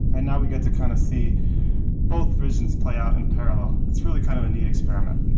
and now we get to kind of see both visions play out in parallel. it's really kind of a neat experiment.